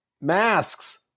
masks